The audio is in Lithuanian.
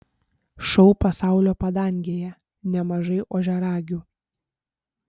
šou pasaulio padangėje nemažai ožiaragių